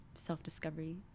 Self-discovery